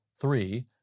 three